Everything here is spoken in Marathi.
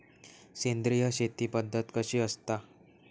सेंद्रिय शेती पद्धत कशी असता?